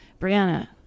Brianna